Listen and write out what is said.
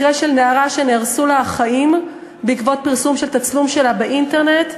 מקרה של נערה שנהרסו לה החיים בעקבות פרסום של תצלום שלה באינטרנט,